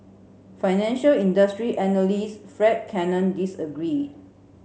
financial industry analyst Fred Cannon disagreed